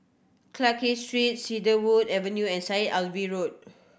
Clarke Street Cedarwood Avenue and Syed Alwi Road